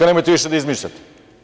Nemojte više da izmišljate.